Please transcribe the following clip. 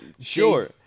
Sure